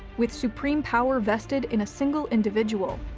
with supreme power vested in a single individual.